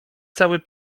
cały